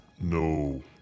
No